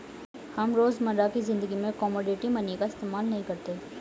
हम रोजमर्रा की ज़िंदगी में कोमोडिटी मनी का इस्तेमाल नहीं करते